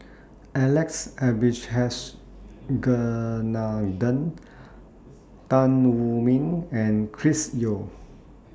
Alex Abisheganaden Tan Wu Meng and Chris Yeo